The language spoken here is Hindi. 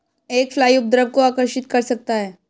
एक फ्लाई उपद्रव को आकर्षित कर सकता है?